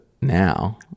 now